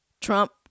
Trump